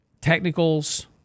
technicals